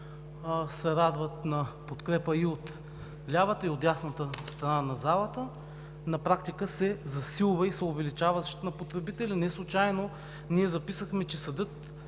се радват на подкрепа и от лявата, и от дясната страна на залата, на практика се засилва и се увеличава защитата на потребителя. Неслучайно ние записахме, че съдът